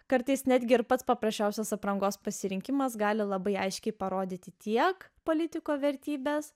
kartais netgi ir pats paprasčiausias aprangos pasirinkimas gali labai aiškiai parodyti tiek politiko vertybes